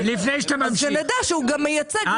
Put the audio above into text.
מייצרים הכנסה,